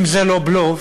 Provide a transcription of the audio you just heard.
אם זה לא בלוף,